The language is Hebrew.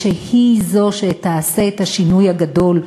שהיא זו שתעשה את השינוי הגדול,